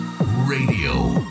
radio